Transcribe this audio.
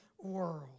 world